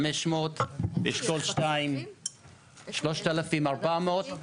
אשכול שתיים 3,400,